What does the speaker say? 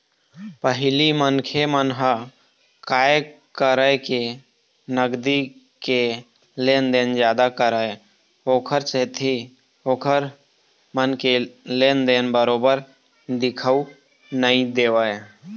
पहिली मनखे मन ह काय करय के नगदी के लेन देन जादा करय ओखर सेती ओखर मन के लेन देन बरोबर दिखउ नइ देवय